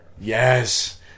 Yes